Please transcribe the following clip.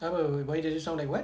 takpe why does it sound like what